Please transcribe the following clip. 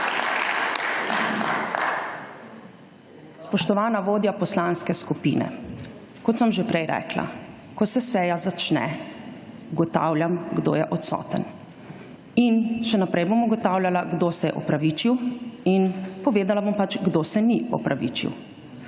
Spoštovana vodja poslanske skupine! Kot sem že prej rekla, ko se seja začne ugotavljam kdo je odsoten. In še naprej bom ugotavljala kdo se je opravičil in povedala bom pač kdo se ni opravičil.